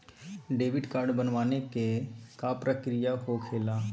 Debit card बनवाने के का प्रक्रिया होखेला?